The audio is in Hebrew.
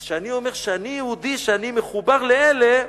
אז כשאני אומר שאני יהודי שאני מחובר לאלה,